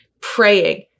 praying